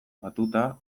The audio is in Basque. batuta